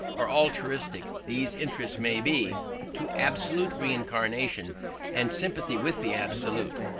or altruistic these interests may be to absolute renunciation and sympathy with the absolute.